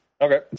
Okay